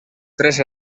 tres